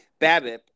BABIP